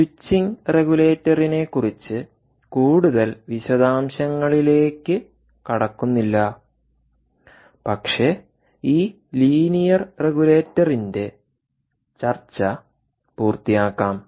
switching റെഗുലേറ്ററിനെക്കുറിച്ച് കൂടുതൽ വിശദാംശങ്ങളിലേക്ക് കടക്കുന്നില്ല പക്ഷേ ഈ ലീനിയർ റെഗുലേറ്ററിന്റെ ചർച്ച പൂർത്തിയാക്കാം